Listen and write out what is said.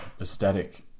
aesthetic